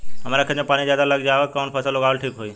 हमरा खेत में पानी ज्यादा लग जाले कवन फसल लगावल ठीक होई?